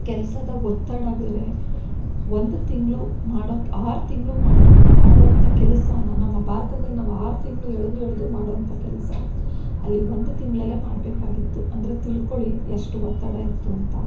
ಕೆಲಸದ ಒತ್ತಡ ಬೇರೆ ಒಂದು ತಿಂಗಳು ಮಾಡೋಕೆ ಆರು ತಿಂಗಳು ಮಾಡು ಮಾಡುವಂಥ ಕೆಲಸನ ನಮ್ಮ ಭಾರತದಲ್ಲಿ ನಾವು ಆರು ತಿಂಗಳು ಎಳೆದು ಎಳೆದು ಮಾಡುವಂಥ ಕೆಲಸ ಅಲ್ಲಿ ಒಂದು ತಿಂಗಳಲ್ಲೇ ಮಾಡಬೇಕಾಗಿತ್ತು ಅಂದರೆ ತಿಳ್ಕೊಳ್ಳಿ ಎಷ್ಟು ಒತ್ತಡ ಇತ್ತು ಅಂತ